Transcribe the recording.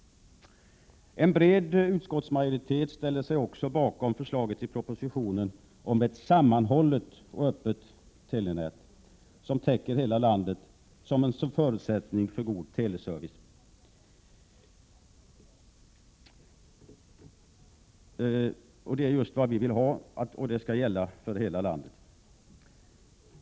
En bred utskottsmajoritet ställer sig också bakom förslaget i propositionen om ett sammanhållet och öppet telenät som täcker hela landet, vilket är en förutsättning för den goda teleservice, i hela landet, som vi vill ha.